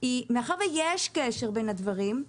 מאחר ויש קשר בין הדברים,